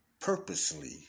purposely